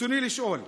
רצוני לשאול: